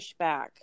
pushback